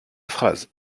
phrase